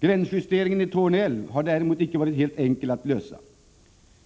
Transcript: Gränsjusteringen i Torne älv har däremot icke varit helt enkel att lösa.